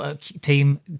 team